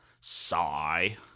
Sigh